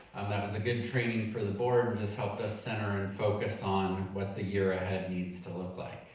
that was a good training for the board, and just helped us center and focus on what the year ahead needs to look like.